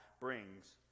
brings